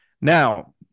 Now